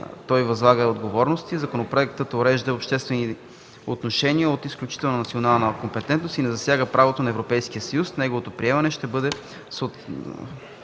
той възлага отговорности. Законопроектът урежда обществени отношения от изключителна национална компетентност и не засяга правото на Европейския съюз. Неговото приемане ще бъде